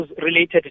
related